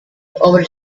our